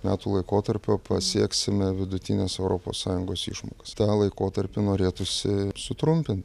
metų laikotarpio pasieksime vidutines europos sąjungos išmokas tą laikotarpį norėtųsi sutrumpin